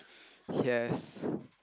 yes